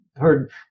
heard